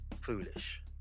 foolish